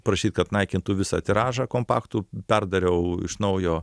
prašyt kad naikintų visą tiražą kompaktų perdariau iš naujo